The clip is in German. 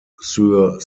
sur